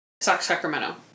Sacramento